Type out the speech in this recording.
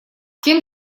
тем